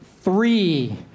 Three